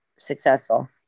successful